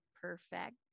perfect